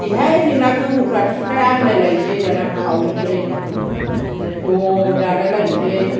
देहाय नोंना गोबौथार सिखाया होनलायलायनोसै दाना खावनोसै ज' जालायलायनोसै